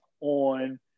on